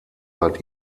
seit